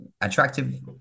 attractive